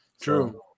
true